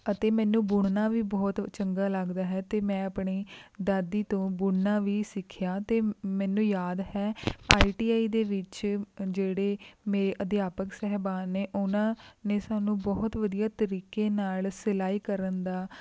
ਅਤੇ ਮੈਨੂੰ ਬੁਣਨਾ ਵੀ ਬਹੁਤ ਚੰਗਾ ਲੱਗਦਾ ਹੈ ਅਤੇ ਮੈਂ ਆਪਣੀ ਦਾਦੀ ਤੋਂ ਬੁਣਨਾ ਵੀ ਸਿੱਖਿਆ ਅਤੇ ਮੈਨੂੰ ਯਾਦ ਹੈ ਆਈ ਟੀ ਆਈ ਦੇ ਵਿੱਚ ਜਿਹੜੇ ਮੇਰੇ ਅਧਿਆਪਕ ਸਾਹਿਬਾਨ ਨੇ ਉਨ੍ਹਾਂ ਨੇ ਸਾਨੂੰ ਬਹੁਤ ਵਧੀਆ ਤਰੀਕੇ ਨਾਲ ਸਿਲਾਈ ਕਰਨ ਦਾ